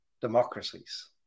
democracies